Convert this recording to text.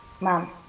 Mom